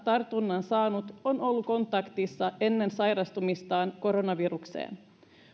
tartunnan saanut on ollut kontaktissa ennen sairastumistaan koronavirukseen